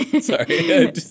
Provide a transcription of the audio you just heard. Sorry